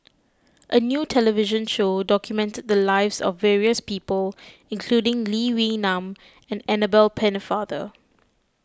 a new television show documented the lives of various people including Lee Wee Nam and Annabel Pennefather